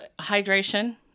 hydration